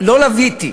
לא לוויתי,